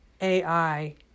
AI